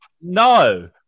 No